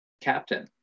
captain